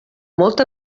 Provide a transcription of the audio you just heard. molta